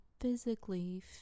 physically